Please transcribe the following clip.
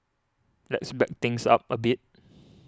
let's back things up a bit